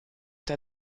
der